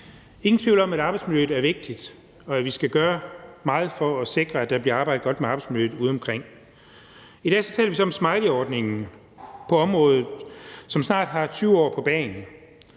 ingen tvivl om, at arbejdsmiljøet er vigtigt, og at vi skal gøre meget for at sikre, at der bliver arbejdet godt med arbejdsmiljøet udeomkring. I dag taler vi så om smileyordningen på området, som snart har 20 år på bagen.